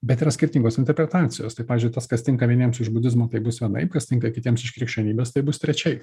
bet yra skirtingos interpretacijos tai pavyzdžiui tas kas tinka vieniems iš budizmo tai bus vienaip kas tinka kitiems iš krikščionybės taip bus trečiai